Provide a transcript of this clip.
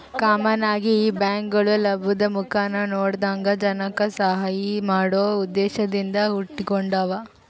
common ಆಗಿ ಈ ಬ್ಯಾಂಕ್ಗುಳು ಲಾಭುದ್ ಮುಖಾನ ನೋಡದಂಗ ಜನಕ್ಕ ಸಹಾಐ ಮಾಡೋ ಉದ್ದೇಶದಿಂದ ಹುಟಿಗೆಂಡಾವ